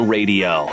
Radio